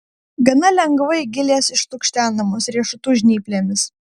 gana lengvai gilės išlukštenamos riešutų žnyplėmis